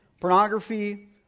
pornography